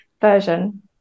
version